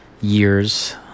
years